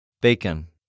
Bacon